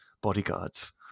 bodyguards